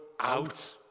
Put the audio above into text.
out